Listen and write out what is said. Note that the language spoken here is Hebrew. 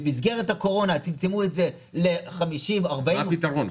במסגרת הקורונה הם צמצמו את זה ל-50-40 עובדים --- אז מה הפתרון,